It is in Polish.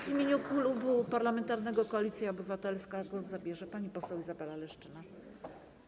W imieniu Klubu Parlamentarnego Koalicja Obywatelska głos zabierze pani poseł Izabela Leszczyna.